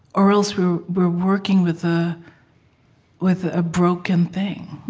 or else we're we're working with ah with a broken thing